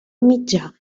mitjà